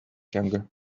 younger